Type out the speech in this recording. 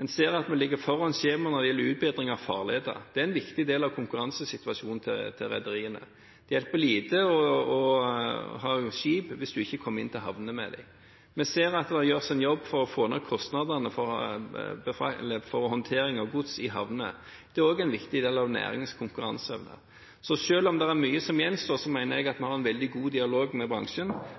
En ser at vi ligger foran skjema når det gjelder utbedring av farleder. Det er en viktig del av konkurransesituasjonen til rederiene. Det hjelper lite å ha skip hvis en ikke kommer inn til havnene med dem. Vi ser at det gjøres en jobb for å få ned kostnadene for håndtering av gods i havner. Det er også en viktig del av næringens konkurranseevne. Så selv om det er mye som gjenstår, mener jeg at vi har en veldig god dialog med bransjen,